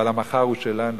אבל המחר הוא שלנו.